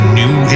new